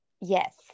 Yes